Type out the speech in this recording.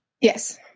Yes